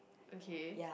okay